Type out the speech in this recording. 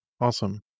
awesome